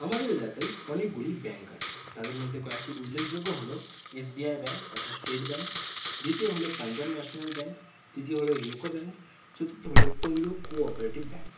আমাদের এলাকায় অনেকগুলি ব্যাংক আছে তাদের মধ্যে কয়েকটি উল্লেখযোগ্য হল এস বি আই ব্যাংক অর্থাৎ স্টেট ব্যাংক দ্বিতীয় হল পাঞ্জাব ন্যাশনাল ব্যাংক তৃতীয় হল ইউকো ব্যাংক চতুর্থ হল তমলুক কোঅপারেটিভ ব্যাংক